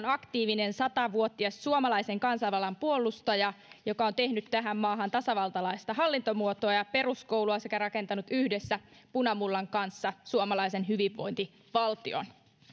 aktiivinen sata vuotias suomalaisen kansanvallan puolustaja joka on tehnyt tähän maahan tasavaltalaista hallintomuotoa ja peruskoulua sekä rakentanut yhdessä punamullan kanssa suomalaisen hyvinvointivaltion